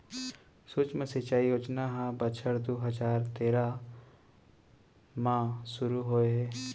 सुक्ष्म सिंचई योजना ह बछर दू हजार तेरा म सुरू होए हे